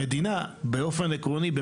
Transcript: באופן עקרוני,